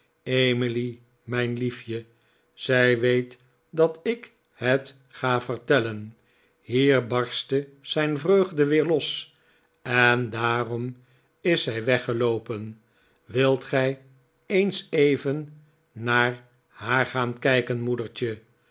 emily mijn liefje zij weet dat ik het ga vertellen hier barstte zijn vreugde weer los en daarom is zij weggeloopen wilt gij eens even naar haar gaan kijken moedertje